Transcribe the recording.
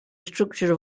structure